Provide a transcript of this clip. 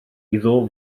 iddo